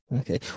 Okay